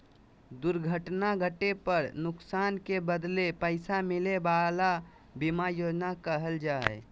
दुर्घटना घटे पर नुकसान के बदले पैसा मिले वला बीमा योजना कहला हइ